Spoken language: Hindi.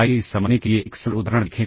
आइए इसे समझने के लिए एक सरल उदाहरण देखें